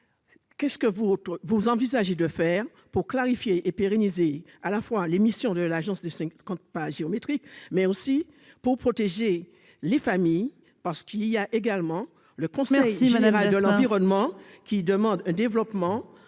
qu'est-ce que vous, vous envisagez de faire pour clarifier et pérennisées à la fois les missions de l'agence de cinquante pas géométriques, mais aussi pour protéger les familles parce qu'il y a également le compte merci général de l'environnement qui demande développement